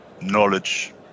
knowledge